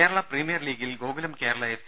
Kerala premier ലീഗിൽ Gokulam Kerala F